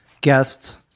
guests